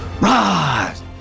rise